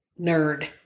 nerd